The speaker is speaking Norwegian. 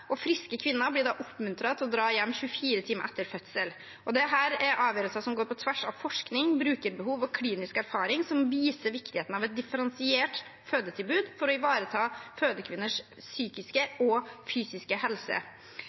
og friske kvinner blir da oppmuntret til å dra hjem 24 timer etter fødsel. Dette er avgjørelser som går på tvers av forskning, brukerbehov og klinisk erfaring, som viser viktigheten av et differensiert fødetilbud for å ivareta fødekvinners psykiske og fysiske helse.